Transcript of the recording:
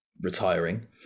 retiring